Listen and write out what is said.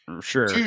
Sure